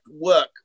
work